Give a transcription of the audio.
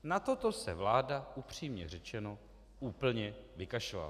Na toto se vláda upřímně řečeno úplně vykašlala.